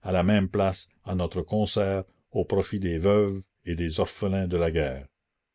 à la même place à notre concert au profit des veuves et des orphelins de la guerre